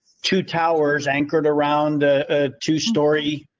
two towers anchored around the a two story.